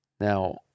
Now